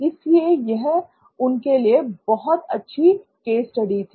इसलिए यह उनके लिए बहुत अच्छी केस स्टडी थी